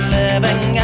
living